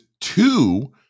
two